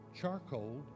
charcoal